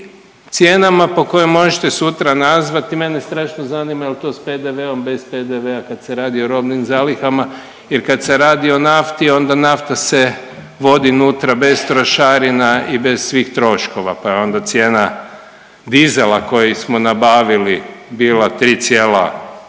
cijenama po kojima možete sutra nazvati i mene strašno zanima jel to s PDV-om, bez PDV-a kad se radi o robnim zalihama jer kad se radi o nafti onda nafta se vodi nutra bez trošarina i bez svih troškova, pa je onda cijena dizela koji smo nabavili bila 3,7